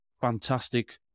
fantastic